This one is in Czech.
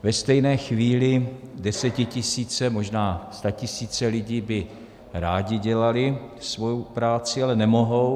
Ve stejné chvíli desetitisíce, možná statisíce lidí by rády dělaly svoji práci, ale nemohou.